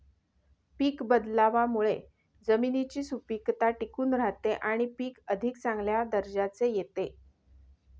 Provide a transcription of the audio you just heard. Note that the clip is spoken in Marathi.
पीक बदलावामुळे जमिनीची सुपीकता टिकून राहते आणि पीक अधिक चांगल्या दर्जाचे येते